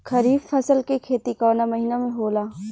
खरीफ फसल के खेती कवना महीना में होला?